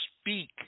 speak